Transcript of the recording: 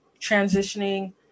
transitioning